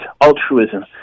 altruism